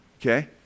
Okay